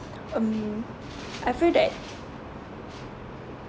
um I feel that